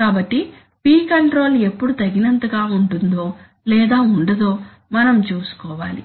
కాబట్టి Pకంట్రోల్ ఎప్పుడు తగినంతగా ఉంటుందో లేదా ఉండదో మనం చూసుకోవాలి